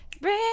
Bring